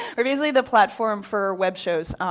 are basically the platform for web shows.